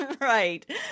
Right